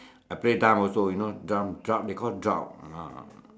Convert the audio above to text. I play drum also you know drum drum they call drum ah